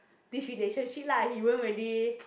this relationship lah he won't really